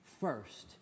first